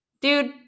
dude